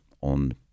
on